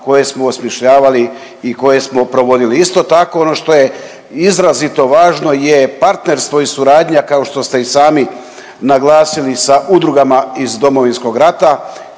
koje smo osmišljavali i koje smo provodili. Isto tako, ono što je izrazito važno je partnerstvo i suradnja, kao što ste i sami naglasili sa udrugama iz Domovinskog rata,